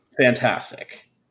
fantastic